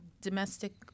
domestic